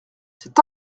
c’est